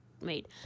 made